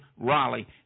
Raleigh